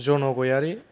जन' गयारि